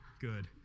Good